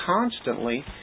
constantly